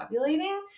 ovulating